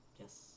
Yes